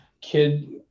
kid